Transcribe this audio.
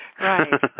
Right